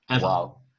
Wow